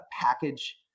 package